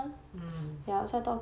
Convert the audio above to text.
mm